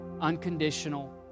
unconditional